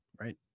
right